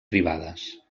privades